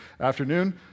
afternoon